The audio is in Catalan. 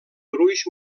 gruix